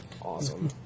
Awesome